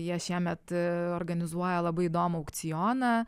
jie šiemet organizuoja labai įdomų aukcioną